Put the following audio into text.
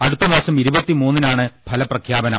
അടുത്തമാസം നാണ് ഫലപ്രഖ്യാപനം